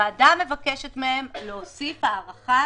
הוועדה מבקשת מהם להוסיף הארכה